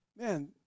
man